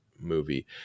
movie